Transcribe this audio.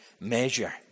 measure